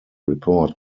report